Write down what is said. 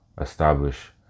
establish